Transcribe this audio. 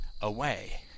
away